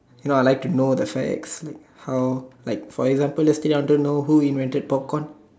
you know I like to know the facts like how like for example yesterday I wanted to know who invented popcorn